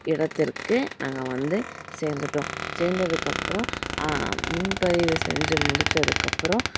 இடத்திற்கு நாங்கள் வந்து சேர்ந்துட்டோம் சேர்ந்ததுக்கு அப்புறம் முன்பதிவு செஞ்சு முடித்ததுக்கு அப்புறம்